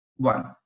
One